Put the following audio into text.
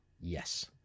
yes